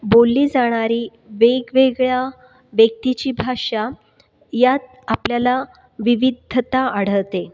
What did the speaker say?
बोलली जाणारी वेगवेगळ्या व्यक्तीची भाषा यात आपल्याला विविधता आढळते